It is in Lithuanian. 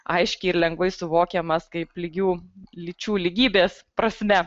aiškiai ir lengvai suvokiamas kaip lygių lyčių lygybės prasme